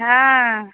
हँ